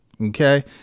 Okay